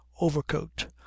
overcoat